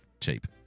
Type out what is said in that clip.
cheap